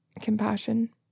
compassion